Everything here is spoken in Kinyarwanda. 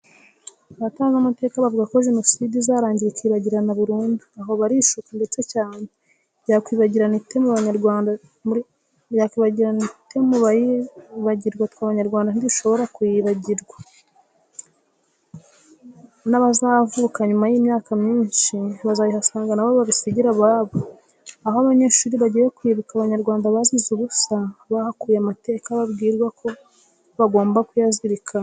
Abatazi amateka bavuga ko jenoside izarangira ikibagirana burundu aho barishuka ndetse cyane yakwibagirana ite mubayibagirwa twe abanyarwanda ntidushobora kuyibagirwa nabazavuka nyuma yimyaka myinshi bazabihasanga nabo bisigire ababo. aha abanyeshuri bagiye kwibuka abanyarwanda bazize ubusa bahakuye amateka babwirwa ko bagomba kuyazirikana.